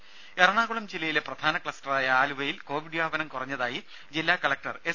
രുഭ എറണാകുളം ജില്ലയിലെ പ്രധാന ക്ലസ്റ്ററായ ആലുവയിൽ കോവിഡ് വ്യാപനം കുറഞ്ഞതായി ജില്ലാ കലക്ടർ എസ്